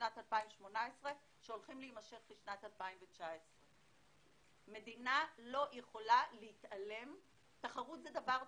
שנת 2018 שהולכים להימשך בשנת 2019. תחרות זה דבר טוב,